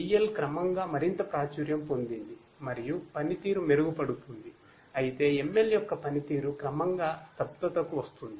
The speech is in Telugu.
DL క్రమంగా మరింత ప్రాచుర్యం పొందింది మరియు పనితీరు మెరుగుపడుతుంది అయితే ML యొక్క పనితీరు క్రమంగా స్తబ్దతకు వస్తుంది